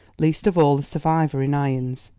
least of all the survivor in irons,